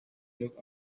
looked